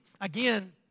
again